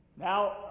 Now